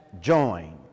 join